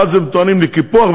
ואז הם טוענים לקיפוח.